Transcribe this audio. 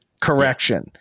correction